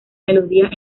melodías